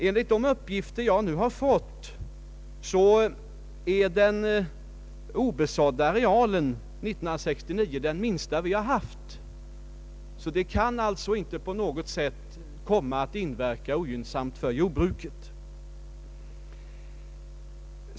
Enligt de uppgifter jag inhämtat är den obesådda arealen 1969 den minsta vi haft. Det kan alltså inte på något sätt komma att inverka ogynnsamt för jordbrukaren.